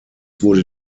wurde